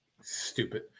stupid